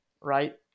right